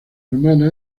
hermana